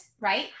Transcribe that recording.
right